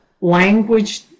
language